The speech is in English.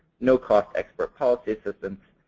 no-cost expert policy assistance,